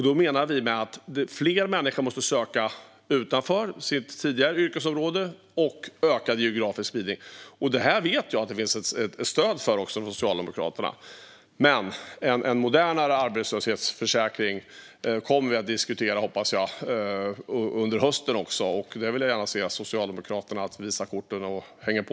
Då menar vi att fler människor måste söka jobb utanför sitt tidigare yrkesområde och med ökad geografisk spridning. Detta vet jag att det finns ett stöd för hos Socialdemokraterna. Men en modernare arbetslöshetsförsäkring hoppas jag att vi kommer att diskutera under hösten också, och där vill jag gärna se att Socialdemokraterna visar korten och hänger på.